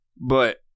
but-